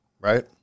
right